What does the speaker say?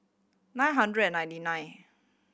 nine hundred and ninety nine